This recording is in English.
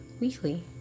weekly